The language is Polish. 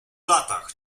latach